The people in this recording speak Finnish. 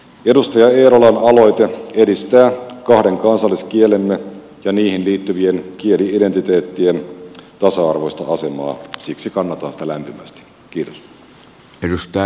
edustaja eerolan aloite edistää kahden kansalliskielemme ja niihin liittyvien kieli identiteettien tasa arvoista asemaa siksi kannatan sitä lämpimästi